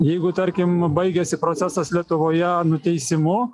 jeigu tarkim baigiasi procesas lietuvoje nuteisimu